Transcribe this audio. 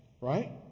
right